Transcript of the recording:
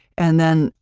and then,